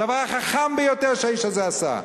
הדבר החכם ביותר שהאיש הזה עשה,